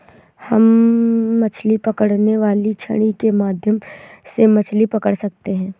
हम मछली पकड़ने वाली छड़ी के माध्यम से मछली पकड़ सकते हैं